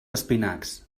espinacs